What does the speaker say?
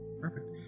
perfect